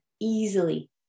easily